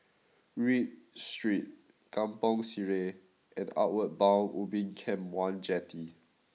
Read Street Kampong Sireh and Outward Bound Ubin Camp one Jetty